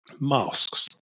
masks